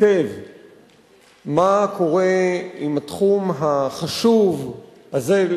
מה קורה בתחום החשוב הזה,